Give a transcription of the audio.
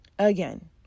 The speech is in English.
Again